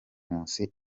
nkusi